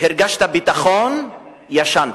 הרגשת ביטחון, ישנת.